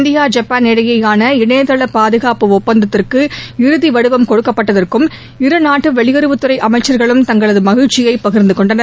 India Japan இடையேயான இணையதள பாதுகாப்பு ஒப்பந்தத்திற்கு இறுதி வடிவம் கொடுக்கப்பட்டதற்கும் இருநாட்டு வெளியுறவுத்துறை அமைச்சர்களும் தங்களது மகிழ்ச்சியை பகிர்ந்து கொண்டனர்